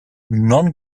non